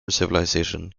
civilization